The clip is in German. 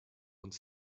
und